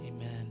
amen